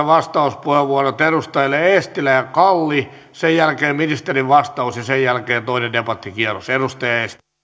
vastauspuheenvuorot edustajille eestilä ja kalli sen jälkeen ministerin vastaus ja sen jälkeen toinen debattikierros